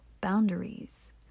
boundaries